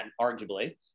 arguably